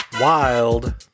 wild